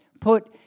put